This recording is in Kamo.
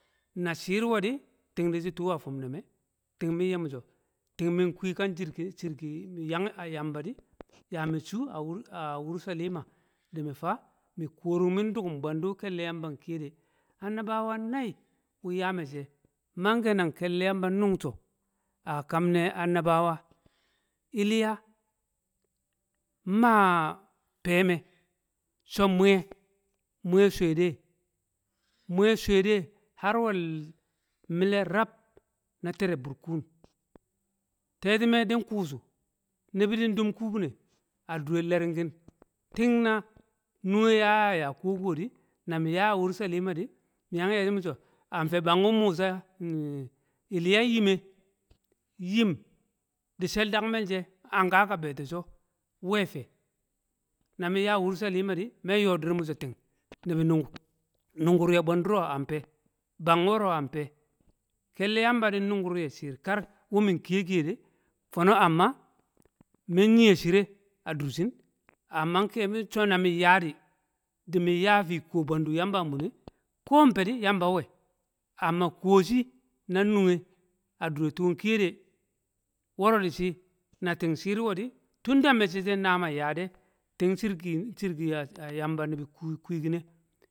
na shi̱i̱r nwẹ di̱, ti̱ng di shi̱ tu̱ a fi̱m ne̱ me̱ ting mi̱n ye̱ mi̱so̱ ti̱ng mi̱n kwi̱ kan jirgi yang a yamba di̱ ya mi̱ cu̱ a wulshelima di̱mi̱ fa mi̱ ku̱wo ru̱ng mi̱n du̱ku̱m bwe̱ndu̱ ke̱lle̱ yamba ki̱ye̱ de̱ Annabawa nai wu̱n ya me̱cce̱ manke̱ nang ke̱lle̱ yamba nu̱ng sho̱ a kamne̱ Annabawa iliya ma fe̱me̱ sho̱ wmi̱ye̱, wmi̱ye̱ shu̱we̱ de̱ wmi̱ye̱ shu̱we̱ de̱ har wo̱l mi̱le̱ rab na te̱re̱ bu̱rku̱n te̱te̱me̱ di̱n ku̱shu̱ ni̱bi̱ di̱n du̱m ku̱bi̱ne̱ a du̱re̱ le̱ ri̱ngi̱n ti̱ng, na nu̱ngke̱ ya ya ya ku̱wo̱ ko̱di̱, na me̱ ya ya a Wurselimadi di̱, ma yang ye̱ shi̱ miso amfe bang wu musa iliya nyi̱m me, nyi̱m di̱ she̱l daku̱me̱ le̱ she̱ Hankaka bi̱yo̱ to̱ sho̱, we̱fe̱ na mi̱n ya Wurselima di̱ me̱ yo̱ di̱r mi so̱ ti̱ng ni̱bi̱ nu̱ngu̱r ye̱ bwe̱ndu̱ro̱ amfe̱ bang wo̱ro̱ amfe̱ ke̱lle̱ yamb di̱n nu̱ngu̱r ye shi̱i̱r ka wu̱ mi̱n kiye kiye de̱ fo̱no̱ amma mi̱n nyi̱ye̱ shi̱re̱ a du̱rshi̱n amma ke̱bi, so̱ na mi̱n ya di̱di̱ mi̱yan ku̱wo̱ bwe̱ndu̱ yamba a mu̱nne̱ ko̱ fe̱ di̱ yamba nwe̱ amma ku̱wo̱ shi̱ nnu̱nke̱ a du̱re̱ tu̱re̱ ki̱ye̱de̱, wo̱ro̱ di̱shi̱, na ti̱ng shi̱i̱r we̱di̱, tunda me̱cce̱ ce̱ na mi̱ nye̱ de̱ ti̱ng jirki a yamba ni̱bi̱ kwinkin ne̱